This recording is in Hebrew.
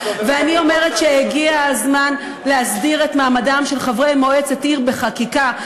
ואני אומרת שהגיע הזמן להסדיר את מעמדם של חברי מועצת עיר בחקיקה.